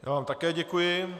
Já vám také děkuji.